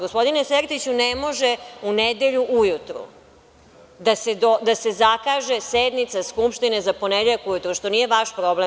Gospodine Sertiću, ne može u nedelju ujutru da se zakaže sednica Skupštine za ponedeljak ujutru, što nije vaš problem.